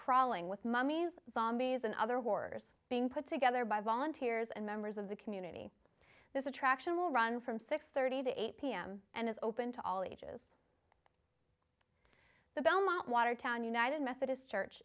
crawling with mummy's zombies and other wars being put together by volunteers and members of the community this attraction will run from six thirty to eight pm and is open to all ages the belmont watertown united methodist church